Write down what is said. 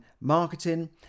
marketing